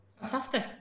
Fantastic